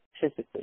physically